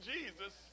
Jesus